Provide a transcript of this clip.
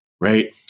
Right